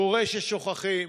קורה ששוכחים.